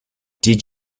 did